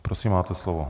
Prosím, máte slovo.